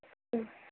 ம்